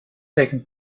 taken